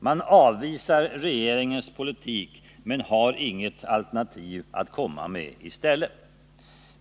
Man avvisar regeringens politik men har inget alternativ att komma med i stället.